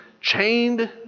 chained